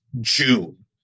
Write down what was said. June